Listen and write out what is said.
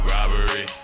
Robbery